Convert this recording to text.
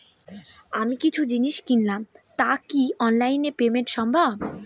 আমি কিছু জিনিস কিনলাম টা কি অনলাইন এ পেমেন্ট সম্বভ?